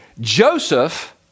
Joseph